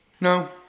No